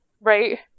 right